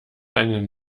einen